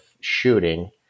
shooting